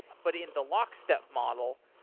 but in the lockstep model